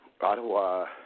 Ottawa